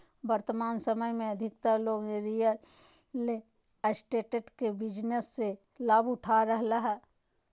वर्तमान समय में अधिकतर लोग रियल एस्टेट के बिजनेस से लाभ उठा रहलय हइ